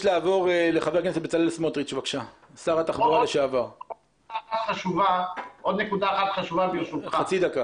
עוד נקודה אחת חשובה, ברשותך.